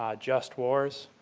ah just wars,